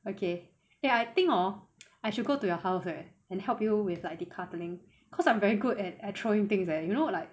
okay then I think hor I should go to your house eh and help you with like the decluttering cause I'm very good at at throwing things leh you know like